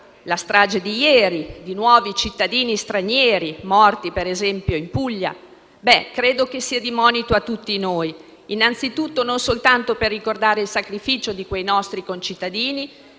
la strage di ieri di nuovi cittadini stranieri, morti per esempio in Puglia. Credo sia di monito a tutti noi non soltanto per ricordare il sacrificio di quei nostri concittadini,